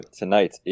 tonight